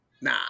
Nah